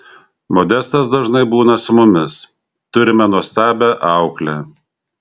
modestas dažnai būna su mumis turime nuostabią auklę